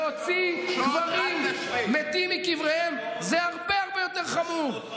להוציא מתים מקבריהם, זה הרבה הרבה יותר חמור.